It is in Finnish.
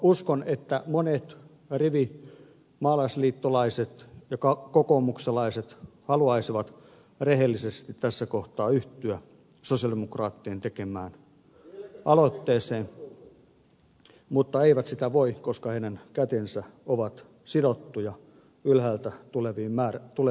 uskon että monet rivimaalaisliittolaiset ja kokoomuslaiset haluaisivat rehellisesti tässä kohtaa yhtyä sosialidemokraattien tekemään aloitteeseen mutta eivät sitä voi tehdä koska heidän kätensä ovat sidottuja ylhäältä tulevilla määräyksillä